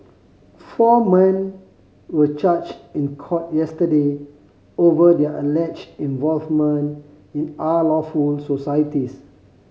four men were charged in court yesterday over their alleged involvement in unlawful societies